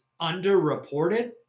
underreported